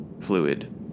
fluid